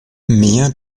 mehr